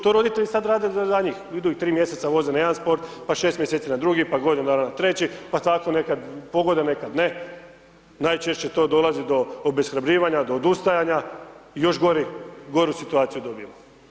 To roditelji sad rade za njih, idu, 3 mjeseca ih voze na jedan sport, pa 6 mjeseci na drugi pa godinu dana na 3, pa tako nekad pogode, nekada ne, najčešće to dovodi do obeshrabljivanja, do odustajanja i još gori, goru situaciju dobijemo.